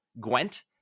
gwent